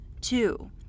Two